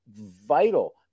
vital